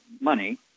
money